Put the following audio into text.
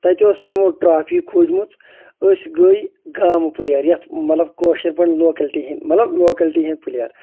تَتہِ اوس تِمو ٹرٛافی کھوٗجمٕژ أسۍ گٔے گامہٕ پٕلیر یَتھ مطلب کٲشِرۍ پٲٹھۍ لوکیلٹی ہنٛدۍ مطلب لوکیلٹی ہٕنٛدۍ پٕلیر گٔے